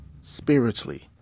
spiritually